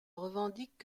revendiquent